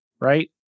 right